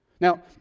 now